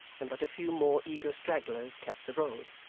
and but a few more eager stragglers kept the road.